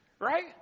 right